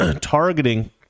targeting